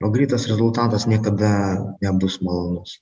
o greitas rezultatas niekada nebus malonus